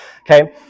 Okay